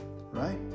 right